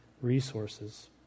resources